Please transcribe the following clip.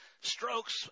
strokes